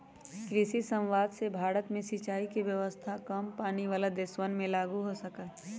कृषि समवाद से भारत में सिंचाई के व्यवस्था काम पानी वाला देशवन में लागु हो सका हई